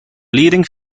leading